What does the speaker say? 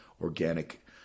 organic